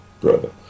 brother